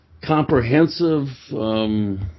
comprehensive